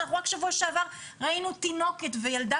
ואנחנו רק בשבוע שעבר ראינו תינוקת וילדה